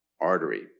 artery